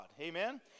Amen